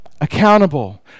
accountable